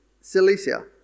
Cilicia